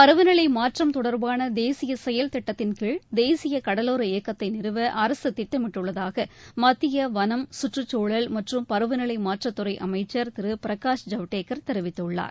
பருவநிலை மாற்றம் தொடர்பான தேசிய செயல் திட்டத்தின்கீழ் தேசிய கடலோர இயக்கத்தை நிறுவ அரசு திட்டமிட்டுள்ளதாக மத்திய வனம் சுற்றுச்சூழல் மற்றும் பருவநிலை மாற்றத்துறை அமைச்சர் திரு பிரகாஷ் ஜவடேகர் தெரிவித்துள்ளார்